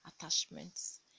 attachments